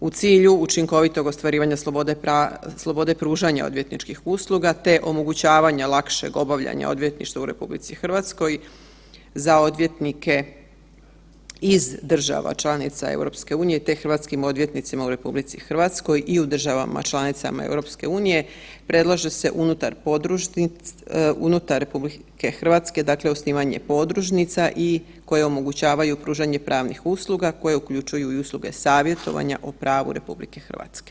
U cilju učinkovitog ostvarivanja slobode pružanja odvjetničkih usluga, te omogućavanja lakšeg obavljanja odvjetništva u RH za odvjetnike iz država članica EU, te hrvatskim odvjetnicima u RH i u državama članicama EU predlaže se unutar RH, dakle osnivanje podružnica i koje omogućavaju pružanje pravnih usluga koje uključuju i usluge savjetovanja o pravu RH.